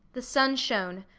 the sun shone,